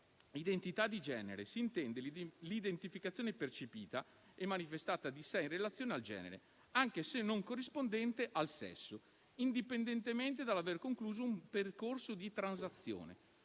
identità di genere si intende l'identificazione percepita e manifestata di sé in relazione al genere, anche se non corrispondente al sesso, indipendentemente dall'aver concluso un percorso di transizione».